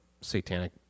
satanic